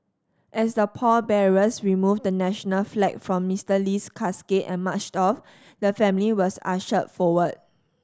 as the pallbearers removed the national flag from Mister Lee's casket and marched off the family was ushered forward